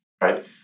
right